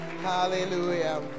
Hallelujah